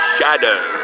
Shadow